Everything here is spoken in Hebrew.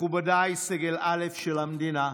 מכובדיי סגל א' של המדינה,